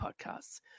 podcasts